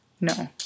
No